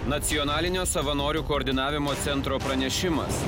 nacionalinio savanorių koordinavimo centro pranešimas